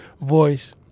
voice